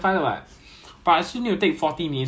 ya ya ya 看 traffic